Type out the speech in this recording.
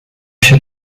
się